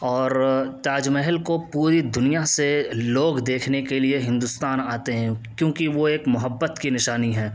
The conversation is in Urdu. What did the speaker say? اور تاج محل کو پوری دنیا سے لوگ دیکھنے کے لیے ہندوستان آتے ہیں کیونکہ وہ ایک محبت کی نشانی ہے